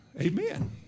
Amen